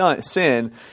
sin